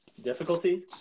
difficulties